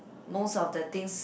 most of the things